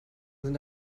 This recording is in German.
sind